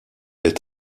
est